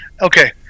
okay